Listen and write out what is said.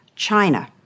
China